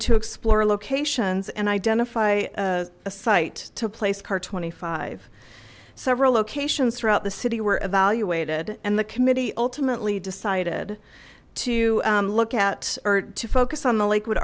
to explore locations and identify a site to place car twenty five several locations throughout the city were evaluated and the committee ultimately decided to look at to focus on the lakewood